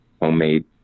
homemade